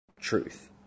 truth